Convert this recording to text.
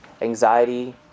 Anxiety